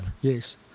yes